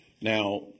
now